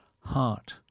heart